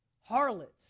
harlots